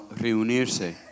reunirse